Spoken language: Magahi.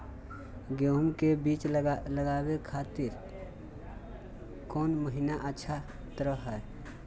गेहूं के बीज लगावे के खातिर कौन महीना अच्छा रहतय?